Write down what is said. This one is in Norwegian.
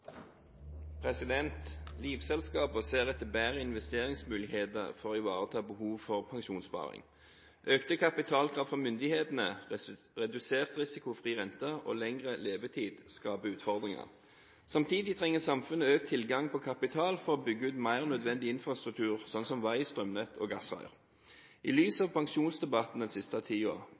ser etter bedre investeringsmuligheter for å ivareta behov for pensjonssparing. Økte kapitalkrav fra myndighetene, redusert risikofri rente og lengre levetid skaper utfordringer. Samtidig trenger samfunnet økt tilgang på kapital for å bygge ut mye nødvendig infrastruktur, slik som vei, strømnett og gassrør. I lys av pensjonsdebatten den siste